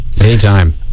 Anytime